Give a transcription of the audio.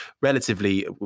relatively